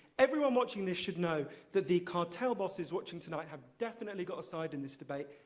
everyone watching this should know that the cartel bosses watching tonight have definitely got a side in this debate,